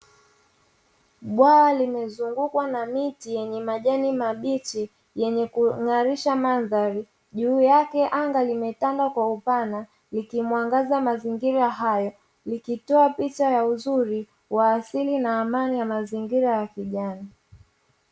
Bwawa limezungukwa na miti yenye majani mabichi yenye kung'arisha mandhari juu yake anga limetanda kwa upana, likimwangaza mazingira hayo likitoa picha ya uzuri wa asili na amani ya mazingira ya kijani.